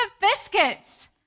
biscuits